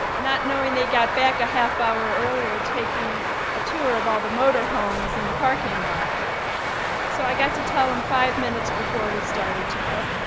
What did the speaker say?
not knowing they got back a half hour earlier taking a tour of all the motor homes in the parking lot so i got to tell them five minutes before we started to